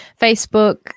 Facebook